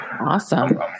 awesome